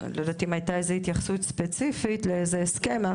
לא יודעת אם הייתה איזה התייחסות ספציפית לאיזה הסכם.